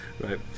Right